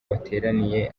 bateraniye